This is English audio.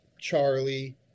Charlie